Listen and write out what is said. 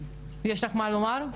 יש לך מה לומר?